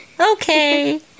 Okay